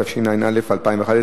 התשע"א 2011,